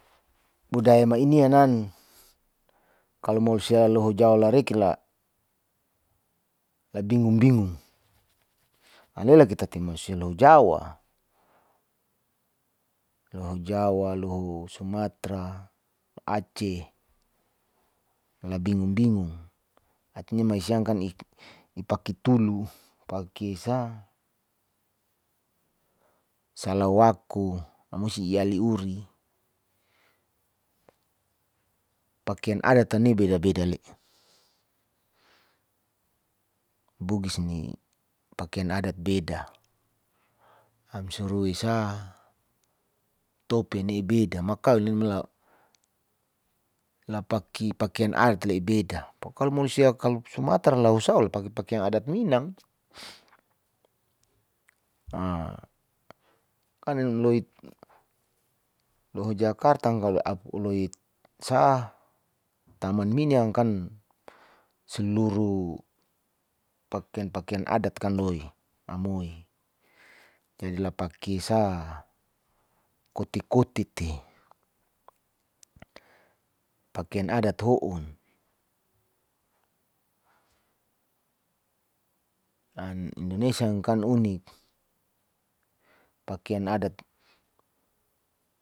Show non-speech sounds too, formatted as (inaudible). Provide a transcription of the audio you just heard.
Buday mainian'nan kalo malosia loho jawa lareki la labingung-bingung alelak tati malosia lo jawa. loho jawa, loho sumatra, aceh la bingung bingung atinya maisiam kan ipaki tulu paki (hesitation) salawaku amusi iali uri. Pakian adat ani beda beda le, bugis ni pakin adat beda amsurui esa topi ania ibeda makauli limula lapaki pakian adat le ibeda pokalo manusia kalo sumatra lausaul paki pakian adat minang (noise) loho jakarta ang kalo apu uloit sa taman mini ang'kan seluruh pakian pakian adat kan loi amoi. Jadi lapaki esa koti- koti te (noise) pakian adat houn, an indonesia kan unik pakian adat.